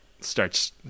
starts